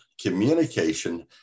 Communication